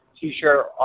t-shirt